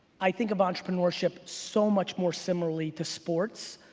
i think of entrepreneurship so much more similarly to sports.